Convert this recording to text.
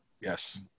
yes